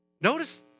Notice